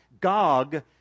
Gog